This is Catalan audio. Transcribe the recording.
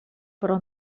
però